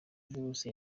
virusi